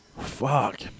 fuck